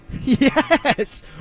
Yes